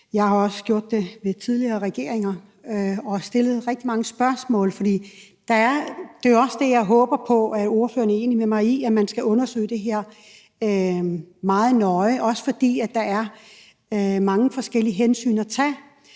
Jeg har også gjort det i forhold til tidligere regeringer og har stillet rigtig mange spørgsmål, for det er jo også det, jeg håber ordføreren er enig med mig i, nemlig at man skal undersøge det her meget nøje, også fordi der er mange forskellige hensyn at tage.